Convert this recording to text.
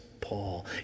Paul